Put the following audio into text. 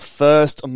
first